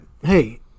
hey